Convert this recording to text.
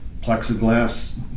plexiglass